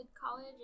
college